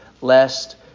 lest